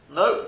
no